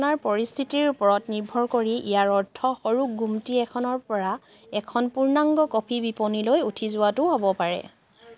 আপোনাৰ পৰিস্থিতিৰ ওপৰত নিৰ্ভৰ কৰি ইয়াৰ অৰ্থ সৰু গুম্টি এখনৰপৰা এখন পূৰ্ণাংগ কফি বিপনীলৈ উঠি যোৱাটোও হ'ব পাৰে